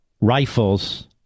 rifles